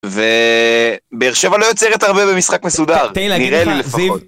ובאר שבע לא יוצרת הרבה במשחק מסודר, נראה לי לפחות.